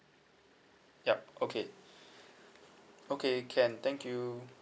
yup okay okay can thank you